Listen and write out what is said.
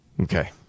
Okay